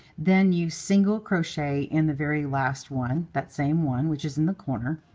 then you single crochet in the very last one, that same one which is in the corner,